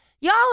Y'all